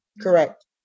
Correct